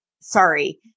sorry